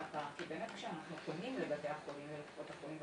הפער כי באמת כשאנחנו פונים לבתי החולים ולקופות החולים,